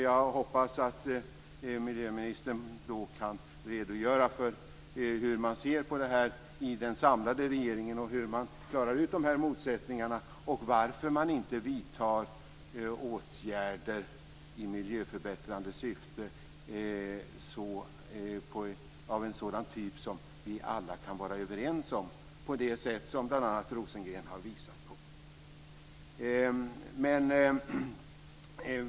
Jag hoppas att miljöministern kan redogöra för hur regeringen ser på och klarar ut motsättningarna och varför inte åtgärder med miljöförbättrande syfte som vi alla kan vara överens om vidtas - t.ex. på det sätt Rosengren har visat på.